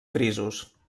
frisos